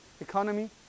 economy